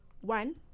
one